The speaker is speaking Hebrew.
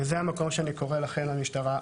וזה המקום שאני קורא לכם המשטרה,